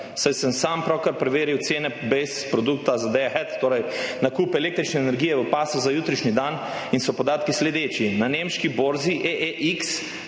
saj sem sam pravkar preveril cene base produkta za day-ahead, torej nakup električne energije v pasu za jutrišnji dan in so podatki sledeči: na nemški borzi EEX